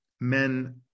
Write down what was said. men